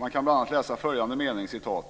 Här kan bl.a. följande mening läsas: